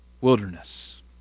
wilderness